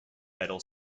metal